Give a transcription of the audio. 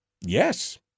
Yes